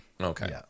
Okay